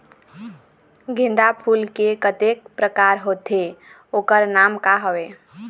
गेंदा फूल के कतेक प्रकार होथे ओकर नाम का हवे?